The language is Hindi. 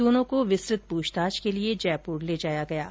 दोनों को विस्तृत पूछताछ के लिए जयपुर ले जाया गया है